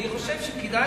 אני חושב שכדאי